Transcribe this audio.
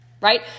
right